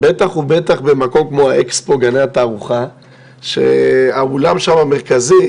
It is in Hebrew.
בטח ובטח במקום כמו האקספו גני התערוכה שהאולם המרכזי